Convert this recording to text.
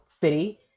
city